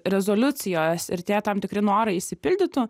rezoliucijos ir tie tam tikri norai išsipildytų